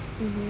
mmhmm